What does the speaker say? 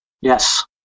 Yes